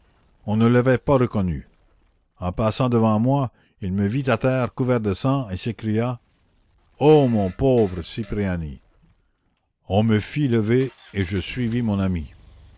on ne l'avait pas reconnu en passant devant moi il me vit à terre couvert de sang et s'écria o mon pauvre cipriani on me fit lever et je suivis mon ami